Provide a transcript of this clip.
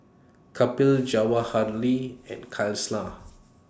Kapil Jawaharlal and